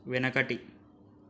వెనకటి